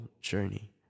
journey